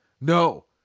No